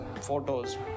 photos